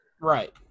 Right